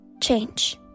Change